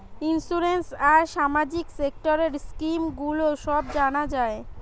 insurance আর সামাজিক সেক্টরের স্কিম গুলো সব জানা যায়